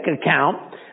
account